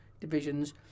divisions